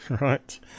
right